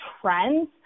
trends